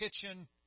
kitchen